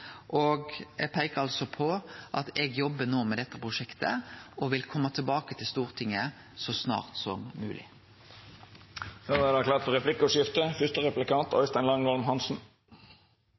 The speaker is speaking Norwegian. Og eg peiker altså på at eg jobbar no med dette prosjektet, og vil kome tilbake til Stortinget så snart som mogleg. Det vert replikkordskifte.